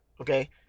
Okay